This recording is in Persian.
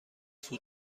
فود